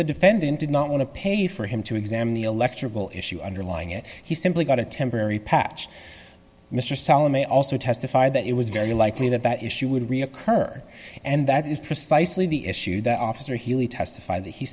the defendant did not want to pay for him to examine the electrical issue underlying it he simply got a temporary patch mr salim may also testified that it was very likely that that issue would reoccur and that is precisely the issue that officer healy testify that he